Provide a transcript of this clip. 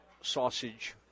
sausage